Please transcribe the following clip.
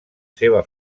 seva